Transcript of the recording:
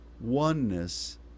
oneness